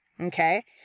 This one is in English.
Okay